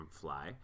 fly